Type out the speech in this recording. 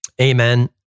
Amen